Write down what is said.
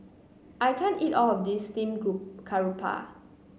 I can't eat all of this Steamed Group Garoupa